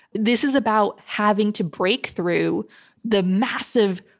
this is about having to break through the massive,